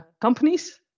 companies